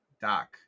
Doc